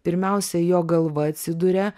pirmiausia jo galva atsiduria